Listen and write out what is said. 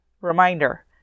Reminder